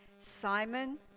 Simon